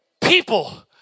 people